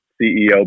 ceo